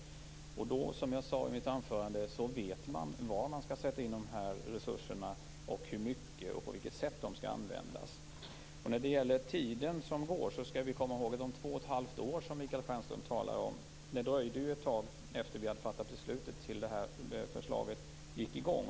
Då vet man, som jag sade i mitt anförande, var man skall sätta in de här resurserna, hur stora de skall vara och på vilket sätt de skall användas. När det gäller tiden, de två och ett halvt åren som Michael Stjernström talar om, skall vi komma ihåg att det dröjde ett tag från det att vi hade fattat beslutet till det att förslaget gick i gång.